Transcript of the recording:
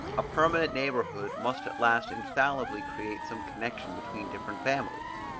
a permanent neighborhood must at last infallibly create some connection between different families.